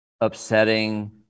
upsetting